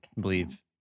Believe